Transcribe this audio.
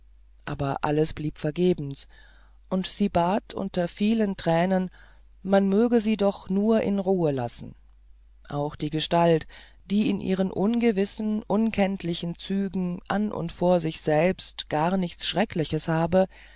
aber alles blieb vergebens und sie bat unter vielen tränen man möge sie doch nur in ruhe lassen da die gestalt die in ihren ungewissen unkenntlichen zügen an und vor sich selbst gar nichts schreckliches habe